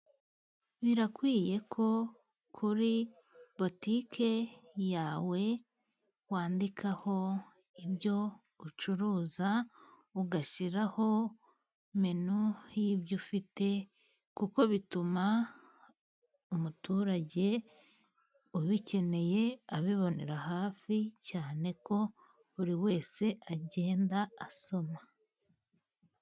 Birakwiyeko kuri botiki yawe wandikaho ibyo ucuruza ugashyiraho menu y'ibyo ufite, kuko bituma umuturage ubikeneye abibonera hafi cyane ko buri wese agenda asoma.